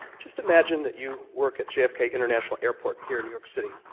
just imagine that you work at jfk international airport here in new york city,